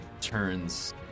turns